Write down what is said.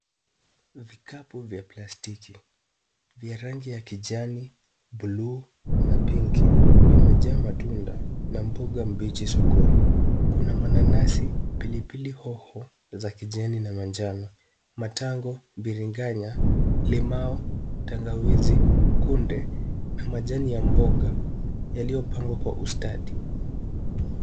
Vikapu vya plastiki vya rangi ya kijani , bluu na pinki vimejaa matunda na mboga mbichi sokoni kuna mananasi, pilipili hoho za kijani na manjano , matango, biringanya , limau, tangawizi , kunde na majani ya mboga yaliyopangwa kwa ustadi.